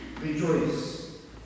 Rejoice